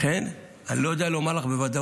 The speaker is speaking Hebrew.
לכן, אני לא יודע לומר לך בוודאות.